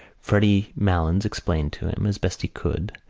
freddy malins explained to him, as best he could,